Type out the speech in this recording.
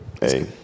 hey